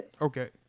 Okay